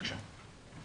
בבקשה.